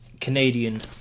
Canadian